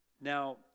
Now